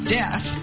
death